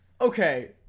okay